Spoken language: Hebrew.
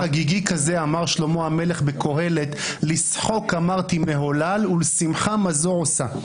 חגיגי כזה אמר שלמה המלך בקהלת: לשחוק אמרתי מהולל ולשמחה מה זה עושה.